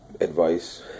advice